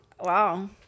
Wow